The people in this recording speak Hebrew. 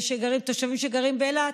תושבים שגרים באילת,